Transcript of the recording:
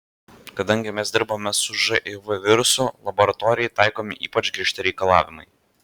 kadangi mes dirbame su živ virusu laboratorijai taikomi ypač griežti reikalavimai